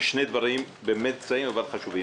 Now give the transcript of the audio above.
שני דברים קצרים אך חשובים.